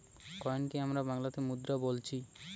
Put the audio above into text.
কয়েনকে আমরা বাংলাতে মুদ্রা বোলছি